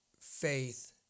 faith